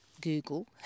Google